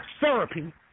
therapy